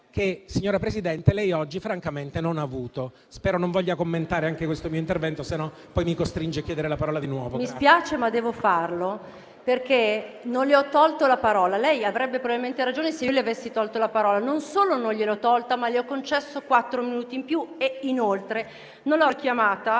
signora Presidente, lei oggi francamente non ha avuto.